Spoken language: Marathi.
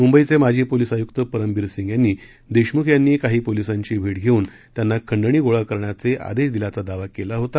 मुंबईचे माजी पोलीस आयुक्त परमबीर सिंग यांनी देशमुख यांनी काही पोलिसांची भे धेऊन त्यांना खंडणी गोळा करण्याचे आदेश दिल्याचा दावा केला होता